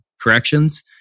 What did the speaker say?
corrections